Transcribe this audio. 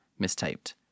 Mistyped